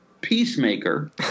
peacemaker